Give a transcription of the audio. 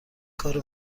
کارو